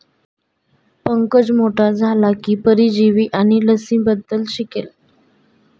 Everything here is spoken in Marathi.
पंकज मोठा झाला की परजीवी आणि लसींबद्दल शिकेल